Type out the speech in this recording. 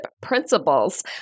principles